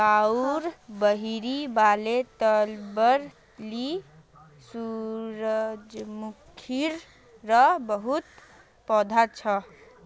गांउर बहिरी वाले तलबेर ली सूरजमुखीर बहुत पौधा छ